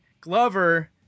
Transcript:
Glover